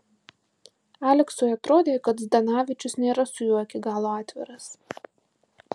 aleksui atrodė kad zdanavičius nėra su juo iki galo atviras